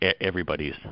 everybody's